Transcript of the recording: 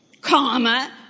comma